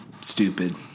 stupid